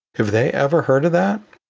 have they ever heard of that?